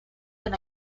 been